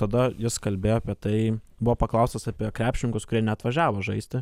tada jis kalbėjo apie tai buvo paklaustas apie krepšininkus kurie neatvažiavo žaisti